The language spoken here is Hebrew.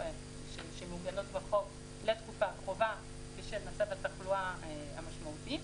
שמעוגנות בחוק לתקופה הקרובה בשל מצב התחלואה המשמעותי.